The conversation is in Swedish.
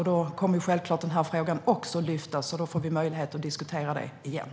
Då kommer självklart också denna fråga att lyftas, och då får vi möjlighet att diskutera den igen.